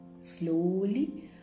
Slowly